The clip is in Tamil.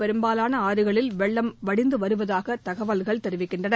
பெரும்பாலான ஆறுகளில் வெள்ளம் வடிந்து வருவதாக தகவல்கள் தெரிவிக்கின்றன